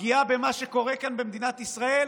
הפגיעה במה שקורה כאן במדינת ישראל,